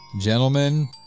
Gentlemen